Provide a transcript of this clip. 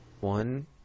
One